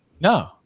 No